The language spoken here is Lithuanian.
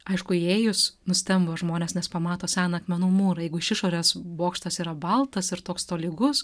aišku įėjus nustemba žmonės nes pamato seną akmenų mūrą jeigu iš išorės bokštas yra baltas ir toks tolygus